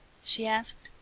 she asked.